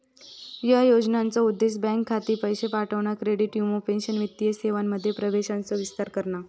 ह्या योजनेचो उद्देश बँक खाती, पैशे पाठवणा, क्रेडिट, वीमो, पेंशन वित्तीय सेवांमध्ये प्रवेशाचो विस्तार करणा